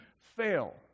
fail